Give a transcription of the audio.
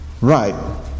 right